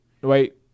Wait